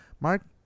Mark